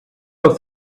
have